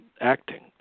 acting